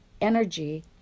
energy